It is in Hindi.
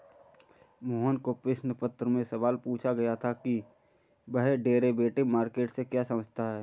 मोहन को प्रश्न पत्र में सवाल पूछा गया था कि वह डेरिवेटिव मार्केट से क्या समझता है?